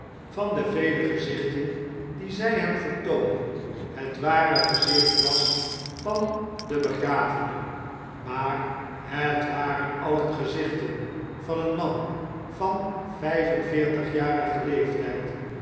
van de vele gezichten die zy hem vertoonden het ware gezicht was van den begravene maar het waren alien gezichten van een man van vijf en veertigjarigen leeftgd en